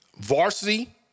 Varsity